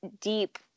deep